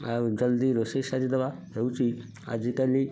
ଆଉ ଜଲଦି ରୋଷେଇ ସାରି ଦେବା ହେଉଛି ଆଜିକାଲି